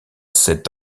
sept